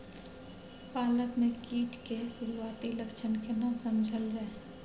पालक में कीट के सुरआती लक्षण केना समझल जाय?